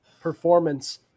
performance